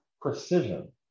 precision